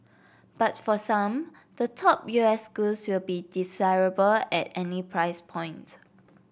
but for some the top U S schools will be desirable at any price point